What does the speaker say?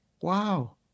Wow